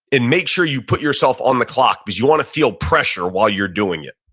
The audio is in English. and make sure you put yourself on the clock because you want to feel pressure while you're doing it.